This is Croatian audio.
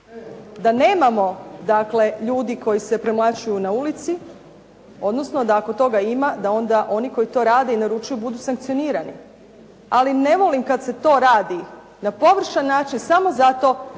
da nemamo dakle ljudi koji se premlaćuju na ulici, odnosno da ako toga ima da onda oni koji to rade i naručuju budu sankcionirani. Ali ne volim kad se to radi na površan način samo zato